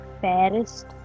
fairest